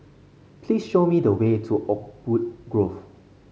please show me the way to Oakwood Grove